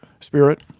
Spirit